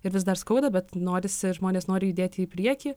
ir vis dar skauda bet norisi žmonės nori judėti į priekį